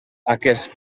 aquest